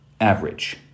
average